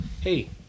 hey